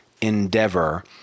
endeavor